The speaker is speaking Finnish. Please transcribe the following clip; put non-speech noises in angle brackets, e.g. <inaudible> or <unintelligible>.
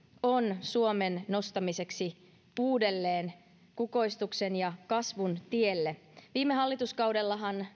on suomen nostamiseksi uudelleen kukoistuksen ja kasvun tielle viime hallituskaudellahan <unintelligible>